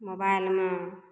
मोबाइलमे